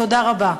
תודה רבה.